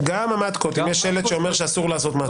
גם המטקות, אם יש שלט שאומר שאסור לעשות מטקות.